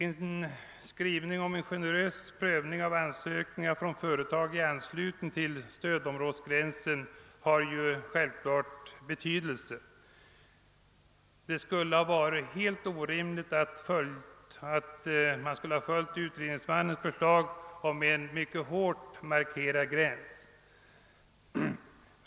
En skrivning om en generös prövning av ansökningar från företag i anslutning till stödområdesgränsen har ju självklart betydelse. Det skulle ha varit helt orimligt att följa utredningsmannens förlag om en mycket hårt markerad gräns.